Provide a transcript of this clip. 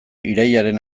irailaren